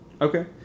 Okay